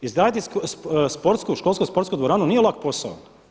Izgraditi sportsku, školsku sportsku dvoranu nije lak posao.